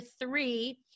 three